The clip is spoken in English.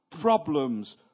Problems